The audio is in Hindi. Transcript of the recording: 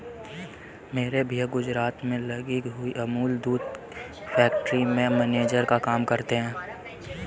मेरे भैया गुजरात में लगी हुई अमूल दूध फैक्ट्री में मैनेजर का काम करते हैं